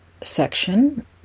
section